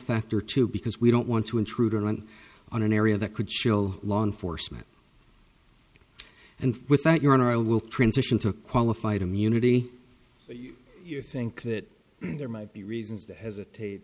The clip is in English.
factor too because we don't want to intrude on on an area that could show law enforcement and with that your honor i will transition to a qualified immunity but you think that there might be reasons to hesitate